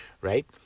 Right